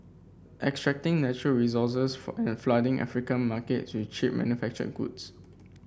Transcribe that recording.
extracting natural resources and flooding African markets with cheap manufactured goods